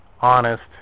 honest